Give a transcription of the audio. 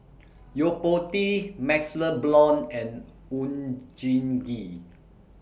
Yo Po Tee MaxLe Blond and Oon Jin Gee